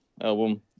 album